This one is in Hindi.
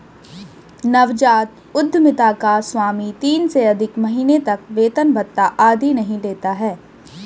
नवजात उधमिता का स्वामी तीन से अधिक महीने तक वेतन भत्ता आदि नहीं लेता है